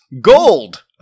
Gold